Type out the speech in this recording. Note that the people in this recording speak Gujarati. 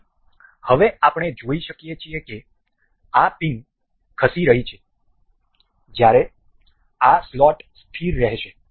તેથી હવે આપણે જોઈ શકીએ છીએ કે આ પિન ખસી રહી છે જ્યારે આ સ્લોટ સ્થિર રહેશે